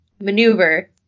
maneuver